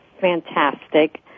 fantastic